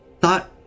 thought